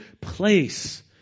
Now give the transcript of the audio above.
place